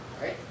right